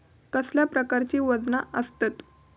कसल्या प्रकारची वजना आसतत?